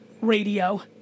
radio